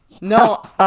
No